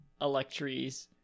electries